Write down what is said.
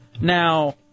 Now